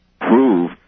prove